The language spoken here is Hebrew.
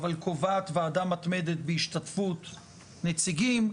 אבל קובעת ועדה מתמדת בהשתתפות נציגים,